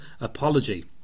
Apology